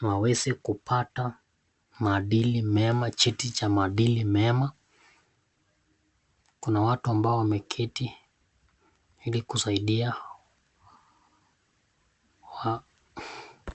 waweze kupata maadili mema ama cheti cha maadili mema, kuna watu ambao wameketi ili kusaidia.